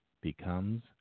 becomes